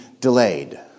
delayed